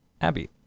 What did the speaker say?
Abby